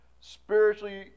Spiritually